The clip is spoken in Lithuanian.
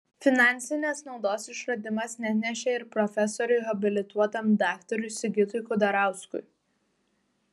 finansinės naudos išradimas neatnešė ir profesoriui habilituotam daktarui sigitui kudarauskui